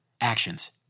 Actions